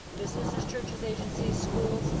businesses, churches, agencies, schools,